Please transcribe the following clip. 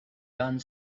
done